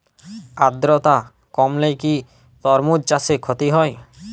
আদ্রর্তা কমলে কি তরমুজ চাষে ক্ষতি হয়?